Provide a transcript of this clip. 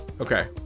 Okay